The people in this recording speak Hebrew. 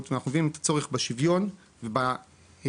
ואנחנו רואים צורך בשוויון וביצירה